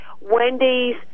Wendy's